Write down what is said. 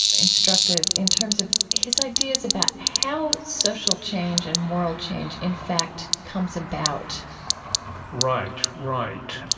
instructive in terms of his ideas about how social change and moral change, in fact, comes about right, right.